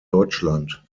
deutschland